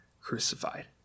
crucified